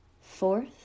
Fourth